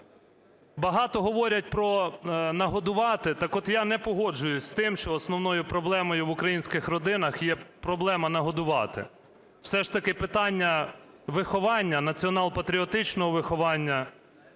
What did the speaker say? Багато говорять про "нагодувати", так от я не погоджуюсь з тим, що основною проблемою в українських родинах є проблема нагодувати. Все ж таки питання виховання, націонал-патріотичного виховання